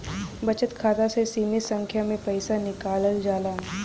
बचत खाता से सीमित संख्या में पईसा निकालल जाला